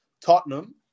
Tottenham